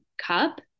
cup